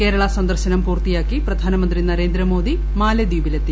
കേരള സന്ദർശനം പൂർത്തിയാക്കി ്പ്രധാനമന്ത്രി നരേന്ദ്രമോദി മാല ദ്വീപില്ലെത്തി